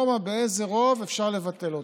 באיזה רוב אפשר לבטל אותם,